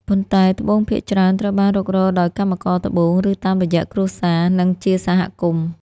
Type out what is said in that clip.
ប៉ុន្តែត្បូងភាគច្រើនត្រូវបានរុករកដោយកម្មករត្បូង ឬតាមរយៈគ្រួសារ និងជាសហគមន៍។